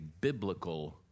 biblical